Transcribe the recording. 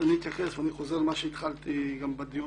אני אתייחס, אני חוזר למה שהתחלתי גם בדיון.